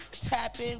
tapping